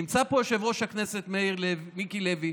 נמצא פה יושב-ראש הכנסת מיקי לוי.